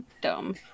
dumb